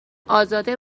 ازاده